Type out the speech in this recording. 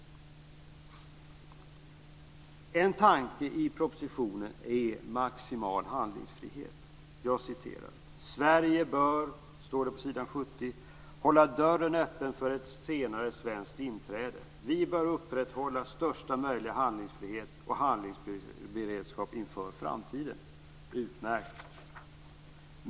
En tanke i propositionen är maximal handlingsfrihet. Jag citerar från s. 70: "Sverige bör hålla dörren öppen för ett senare svenskt inträde. Vi bör upprätthålla största möjliga handlingsfrihet och handlingsberedskap inför framtiden -." Det är utmärkt.